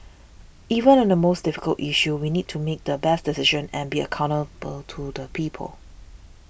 even on the most difficult issue we need to make the best decision and be accountable to the people